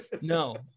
No